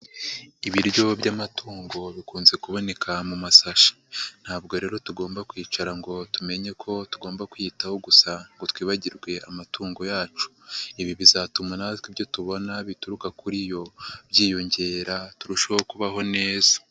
Ibiryo by'amatungo bikunze kuboneka mu masashi, ntabwo rero tugomba kwicara ngo tumenye ko tugomba kwiyitaho gusa ngo twibagirwe amatungo yacu, ibi bizatuma natwe ibyo tubona bituruka kuri yo byiyongera turushaho kubaho neza.